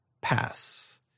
pass